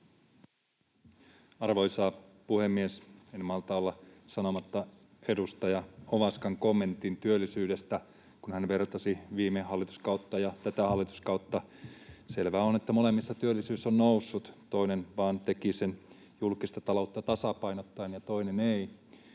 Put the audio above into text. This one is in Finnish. Arvoisa puhemies! En malta olla sanomatta edustaja Ovaskan kommenttiin työllisyydestä, kun hän vertasi viime hallituskautta ja tätä hallituskautta. Selvää on, että molemmissa työllisyys on noussut, toinen vain teki sen julkista taloutta tasapainottaen ja toinen ei.